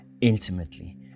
intimately